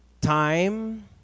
time